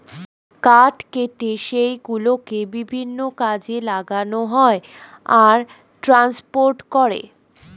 কাঠ কেটে সেই গুলোকে বিভিন্ন কাজে লাগানো হয় আর ট্রান্সপোর্ট করে